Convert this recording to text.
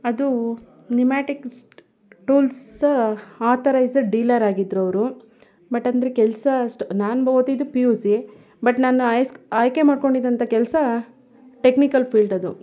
ಅದು pneumatics tools authorised dealer ಆಗಿದ್ದರವ್ರು but ಅಂದರೆ ಕೆಲಸ ಅಷ್ಟು ನಾನು ಓದಿದ್ದು ಪಿ ಯು ಸಿ ಬಟ್ ನಾನು ಆಯ್ಸ್ ಆಯ್ಕೆ ಮಾಡ್ಕೊಂಡಿದ್ದಂಥ ಕೆಲಸ ಟೆಕ್ನಿಕಲ್ ಫೀಲ್ಡ್ ಅದು